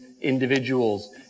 individuals